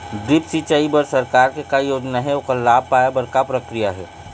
Drip सिचाई बर सरकार के का योजना हे ओकर लाभ पाय बर का प्रक्रिया हे?